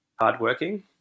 Hardworking